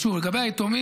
שוב, לגבי היתומים,